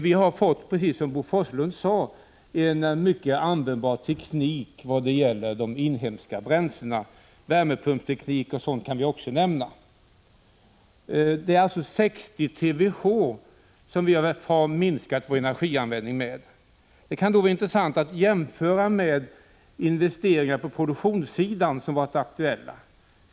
Vi har fått, precis som Bo Forslund sade, en mycket användbar teknik vad gäller de inhemska bränslena. Värmepumpsteknik kan vi också nämna. Vi har alltså minskat vår energianvändning med 60 TWh. Det kan vara intressant att jämföra detta med de investeringar på produktionssidan som varit aktuella.